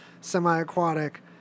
semi-aquatic